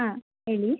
ಹಾಂ ಹೇಳಿ